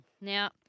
Now